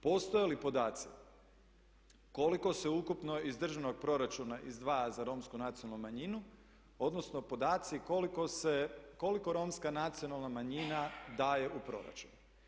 Postoje li podaci koliko se ukupno iz državnog proračuna izdvaja za Romsku nacionalnu manjinu, odnosno podaci koliko se, koliko Romska nacionalna manjina daje u proračun.